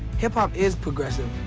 hip-hop is progressive.